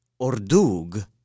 Ordug